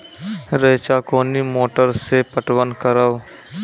रेचा कोनी मोटर सऽ पटवन करव?